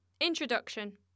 Introduction